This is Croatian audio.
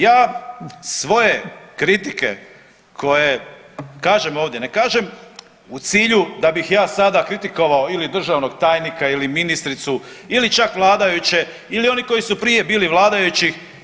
Ja svoje kritike koje kažem ovdje, ne kažem u cilju da bih ja sada kritikovao ili državnog tajnika ili ministricu ili čak vladajuće ili oni koji su prije bili vladajući.